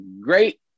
great